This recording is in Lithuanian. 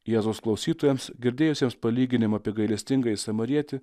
jėzaus klausytojams girdėjusiems palyginimą apie gailestingąjį samarietį